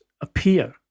appear